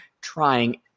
trying